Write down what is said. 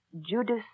Judas